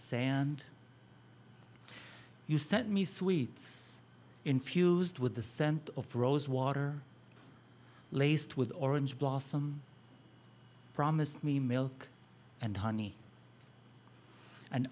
sand you sent me sweets infused with the scent of rose water laced with orange blossom promised me milk and honey and